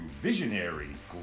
visionaries